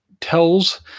tells